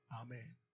Amen